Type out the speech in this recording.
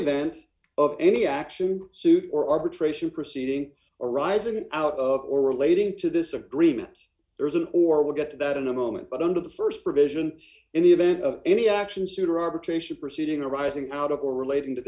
event of any action suit or arbitration proceeding arising out of or relating to this agreement there is an or we'll get to that in a moment but under the st provision in the event of any action suit or arbitration proceeding arising out of or relating to